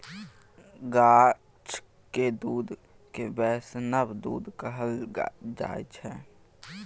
गाछक दुध केँ बैष्णव दुध कहल जाइ छै